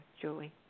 Julie